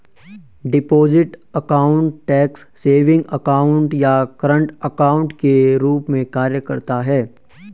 deposit account tax savings account या current account के रूप में कार्य करता है